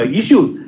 issues